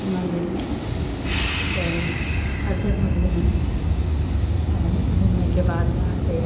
मन्दिर में गए हर जगह घूमें और घूमने के बाद वहाँ से